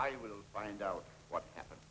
i will find out what happened